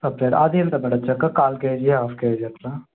separate అది ఎంత పడవచ్చు అక్క కాల్ కేజీయా హాఫ్ కేజీయా అక్క